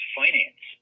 finance